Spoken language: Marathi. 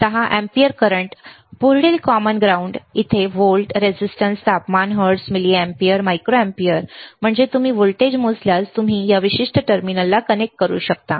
10 अँपिअर करंट पुढील कॉमन ग्राउंड इथे व्होल्ट रेझिस्टन्स तापमान हर्ट्झ मिलिअँपीयर मायक्रो अँपीअर म्हणजे तुम्ही व्होल्टेज मोजल्यास तुम्ही या विशिष्ट टर्मिनलला कनेक्ट करू शकता